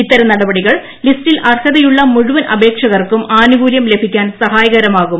ഇത്തരം നടപടികൾ ലിസ്റ്റിൽ അർഹതയുള്ള മുഴുവൻ അപേക്ഷകർക്കും ആനുകൂല്യം ലഭി ക്കാൻ സഹായകരമാകും